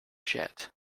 jet